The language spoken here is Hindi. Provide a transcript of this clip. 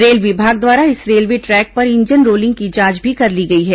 रेल विभाग द्वारा इस रेलवे ट्रैक पर इंजन रोलिंग की जांच भी कर ली गई है